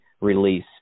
release